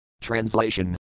Translation